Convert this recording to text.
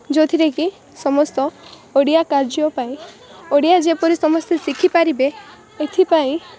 ଯେଉଁଥିରେ କି ସମସ୍ତ ଓଡ଼ିଆ କାର୍ଯ୍ୟ ପାଇଁ ଓଡ଼ିଆ ଯେପରି ସମସ୍ତେ ଶିଖିପାରିବେ ଏଥିପାଇଁ